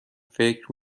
فکر